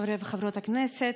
חברי וחברות הכנסת,